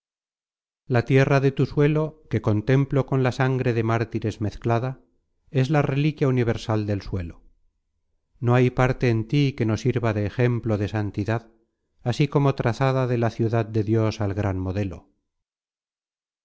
la tierra de tu suelo que contemplo con la sangre de mártires mezclada es la reliquia universal del suelo no hay parte en tí que no sirva de ejemplo de la ciudad de dios al gran modelo